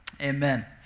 Amen